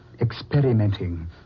experimenting